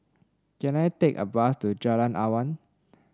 can I take a bus to Jalan Awan